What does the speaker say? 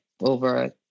over